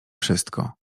wszystko